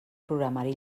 programari